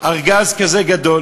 ארגז כזה גדול,